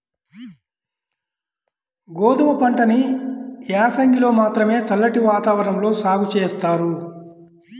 గోధుమ పంటని యాసంగిలో మాత్రమే చల్లటి వాతావరణంలో సాగు జేత్తారు